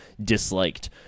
disliked